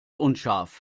unscharf